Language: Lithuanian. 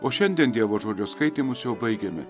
o šiandien dievo žodžio skaitymus jau baigiame